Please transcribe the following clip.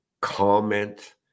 comment